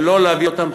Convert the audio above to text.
ולא להביא אותם,